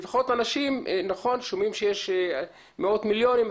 לפחות אנשים שומעים שיש מאות מיליונים,